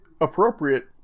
appropriate